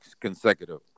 consecutive